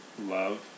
love